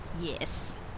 Yes